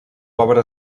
obra